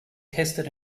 tested